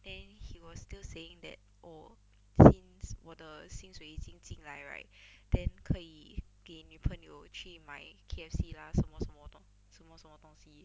then he was still saying that 我 since 我的薪水已经进来 right then 可以给女朋友去买 K_F_C lah 什么什么东什么什么东西